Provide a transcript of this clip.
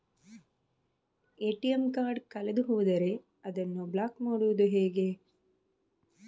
ATM card ಕಳೆದು ಹೋದರೆ ಅದನ್ನು ಬ್ಲಾಕ್ ಮಾಡುವುದು ಹೇಗೆ?